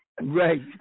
Right